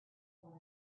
one